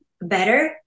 better